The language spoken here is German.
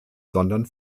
sondern